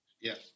Yes